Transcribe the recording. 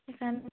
সেইকাৰণে